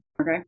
Okay